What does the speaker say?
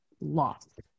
lost